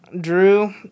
Drew